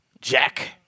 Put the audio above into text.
Jack